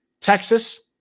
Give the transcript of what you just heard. Texas